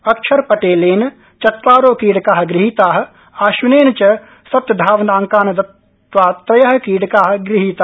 अक्षरपटेलेन चत्वारो क्रीडका गृहीता अश्विनेन च सप्तधावनांकान् दत्त्वा त्रय क्रीडका गृहीता